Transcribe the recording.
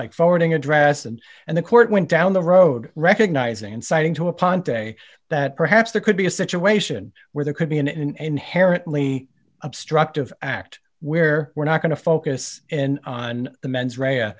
like forwarding address and and the court went down the road recognizing inciting to upon today that perhaps there could be a situation where there could be an inherently obstructive act where we're not going to focus in on the mens r